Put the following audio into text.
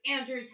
Andrew